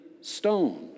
stone